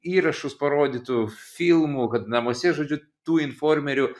įrašus parodytų filmų kad namuose žodžiu tu informerių